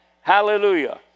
Hallelujah